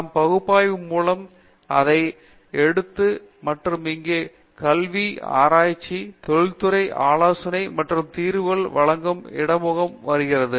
நாம் பகுப்பாய்வு மூலம் மேலும் அதை எடுத்து மற்றும் இங்கே கல்வி ஆராய்ச்சி தொழில்துறை ஆலோசனை மற்றும் தீர்வுகளை வழங்கும் இடைமுகம் வருகிறது